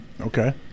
Okay